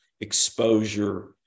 exposure